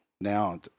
now